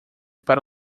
para